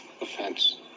offense